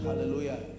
hallelujah